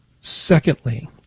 Secondly